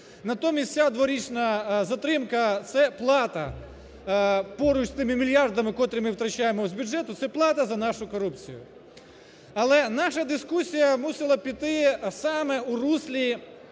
Натомість ця дворічна затримка – це плата, поруч з тими мільярдами, котрі ми втрачаємо з бюджету, це плата за нашу корупцію. Але наша дискусія мусила піти саме у руслі